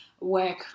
work